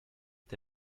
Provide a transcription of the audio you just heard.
est